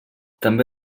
també